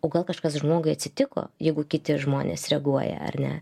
o gal kažkas žmogui atsitiko jeigu kiti žmonės reaguoja ar ne